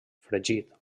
fregit